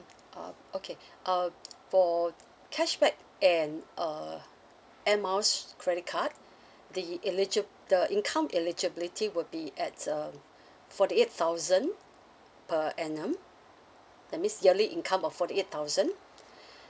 uh okay uh for cashback and uh air miles credit card the eligi~ the income eligibility will be at um forty eight thousand per annum that means yearly income of forty eight thousand